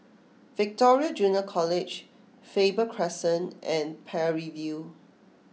Victoria Junior College Faber Crescent and Parry View